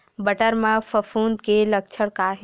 बटर म फफूंद के लक्षण का हे?